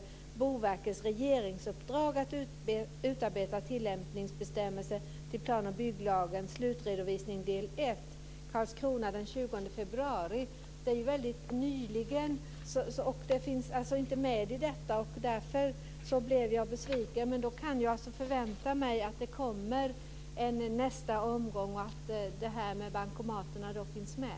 Det gäller Boverkets regeringsuppdrag att utarbeta tillämpningsbestämmelser till plan och bygglagen, slutredovisning del 1, Karlskrona den 20 februari 2001. Det är ju nyligen, och frågan finns inte med i den här redovisningen. Därför blev jag besviken. Men då kan jag alltså förvänta mig att det kommer en nästa omgång och att det här med bankomaterna då finns med.